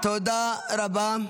תודה רבה.